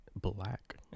black